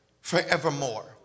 forevermore